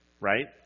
right